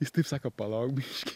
jis taip sako palauk biškį